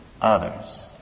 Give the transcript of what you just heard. others